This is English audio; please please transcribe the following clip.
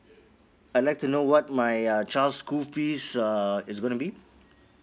I like to know what my uh child school fees uh is gonna be